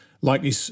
likely